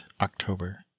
october